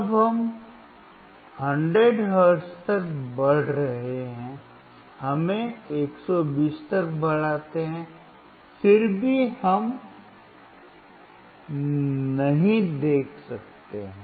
अब हम 100 हर्ट्ज तक बढ़ रहे हैं हमें 120 तक बढ़ाते हैं फिर भी हम नहीं देख सकते हैं